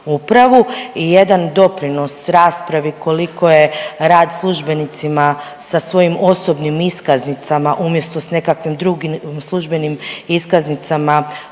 I jedan doprinos raspravi koliko je rad službenicama sa svojim osobnim iskaznicama umjesto sa nekakvim drugim službenim iskaznicama